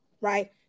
right